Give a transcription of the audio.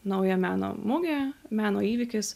nauja meno mugė meno įvykis